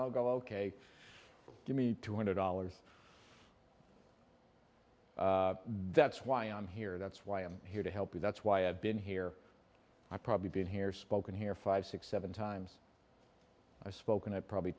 i'll go ok give me two hundred dollars that's why i'm here that's why i'm here to help you that's why i've been here i've probably been here spoken here five six seven times i've spoken to probably